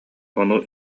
ону